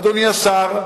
אדוני השר?